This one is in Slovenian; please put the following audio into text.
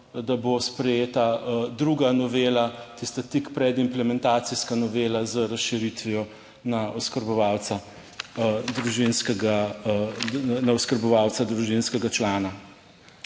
da bo sprejeta druga novela, tista tik pred implementacijska novela z razširitvijo na oskrbovalca družinskega člana.